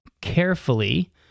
carefully